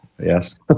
Yes